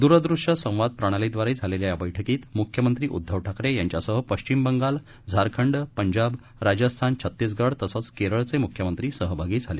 दूरदृष्य संवाद प्रणालीद्वारे झालेल्या या बैठकीत मुख्यमंत्री उद्धव ठाकरे यांच्यासह पश्चिम बंगाल झारखंड पंजाब राजस्थान छत्तीसगड तसंच केरळचे मुख्यमंत्री सहभागी झाले